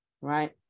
right